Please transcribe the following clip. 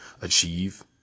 achieve